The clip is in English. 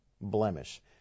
blemish